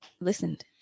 listened